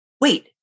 wait